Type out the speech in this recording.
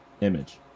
image